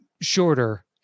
shorter